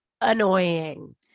annoying